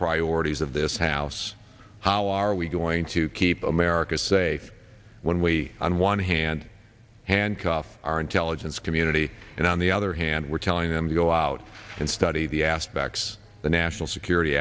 priorities of this house how are we going to keep america safe when we on one hand handcuff our intelligence community and on the other hand we're telling them to go out and study the aspects the national security